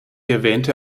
erwähnte